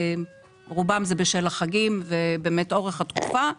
רובם זה בשל החגים ובאמת אורך התקופה.